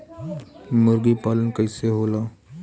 मुर्गी पालन कैसे होला?